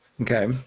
okay